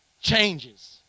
changes